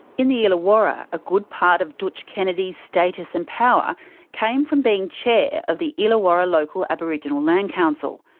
in the illawarra, a good part of dootch kennedy's status and power came from being chair of the illawarra local aboriginal land council.